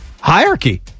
hierarchy